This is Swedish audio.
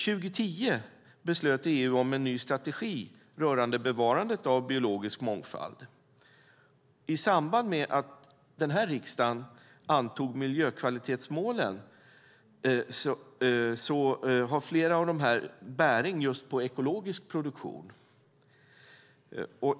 År 2010 beslutade EU om en ny strategi rörande bevarandet av biologisk mångfald. Den här riksdagen antog miljökvalitetsmålen. Flera av dem har bäring just på ekologisk produktion.